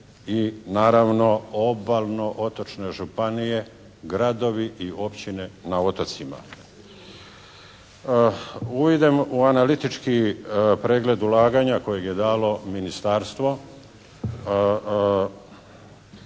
i naravno obalno-otočne županije, gradovi i općine na otocima. Uvidom u analitički pregled ulaganja kojeg je dalo Ministarstvo